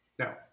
No